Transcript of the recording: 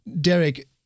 Derek